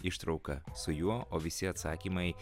ištrauka su juo o visi atsakymai